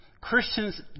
Christians